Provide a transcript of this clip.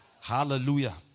hallelujah